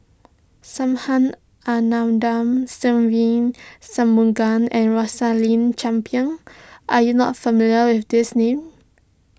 Subhas Anandan Se Ve Shanmugam and Rosaline Chan Pang are you not familiar with these names